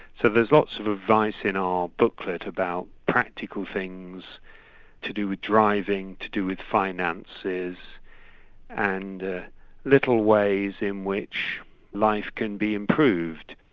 so there's lots of advice in our booklet about practical things to do with driving, to do with finances and little ways in which life can be improved.